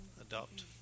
adopt